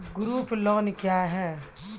Group loan क्या है?